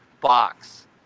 box